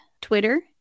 Twitter